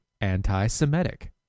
anti-Semitic